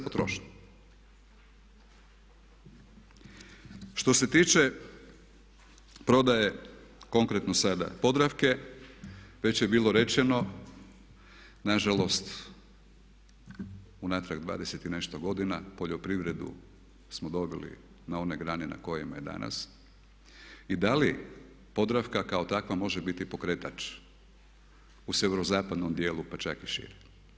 Što se tiče prodaje konkretno sada Podravke već je bilo rečeno nažalost unatrag 20 i nešto godina poljoprivredu smo doveli na one grane na kojima je danas i da li Podravka kao takva može biti pokretač u sjeverozapadnom dijelu pa čak i šire?